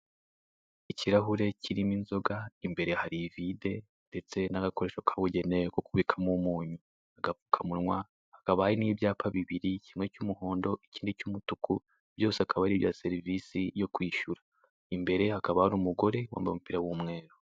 Ikirahure kirimo inzoga, imbere hari ivide, ndetse n'agakoresho kabugenuwe ko kubikamo umunyu. Agapfukamunwa, hakaba hari n'ibyapa bibiri; kimwe cy'umuhondo, ikindi cy'umutuku, byose akaba ari ibya serivisi yo kwishyura. Imbere hakaba hari umugabo wambaye umupira w'umweru.